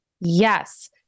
Yes